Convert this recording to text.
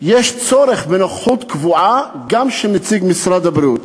יש צורך בנוכחות קבועה גם של נציג משרד הבריאות.